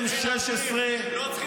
וג'ובניק, אל תעלה ותטיף על לוחמי צה"ל.